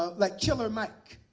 ah like killer mike,